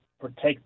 protect